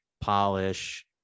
polish